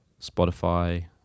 Spotify